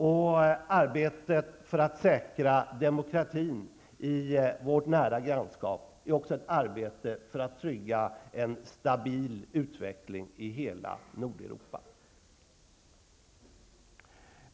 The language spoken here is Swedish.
Och arbetet för att säkra demokratin i vårt nära grannskap är också ett arbete för att trygga en stabil utveckling i hela Nordeuropa.